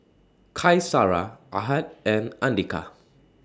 Qaisara Ahad and Andika